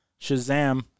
Shazam